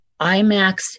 IMAX